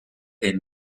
est